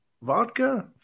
Vodka